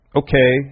okay